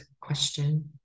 question